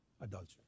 adultery